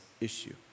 issue